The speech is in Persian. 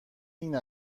این